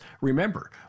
Remember